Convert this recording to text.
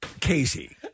Casey